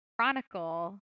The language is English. Chronicle